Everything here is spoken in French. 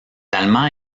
allemands